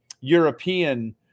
European